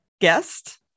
guest